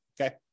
okay